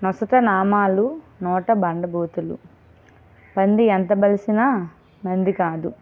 నొసట నామాలు నోట బండ బూతులు పంది ఎంత బలిసిన నంది కాదు